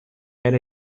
era